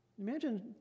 Imagine